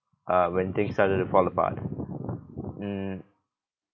uh when things started to fall apart mm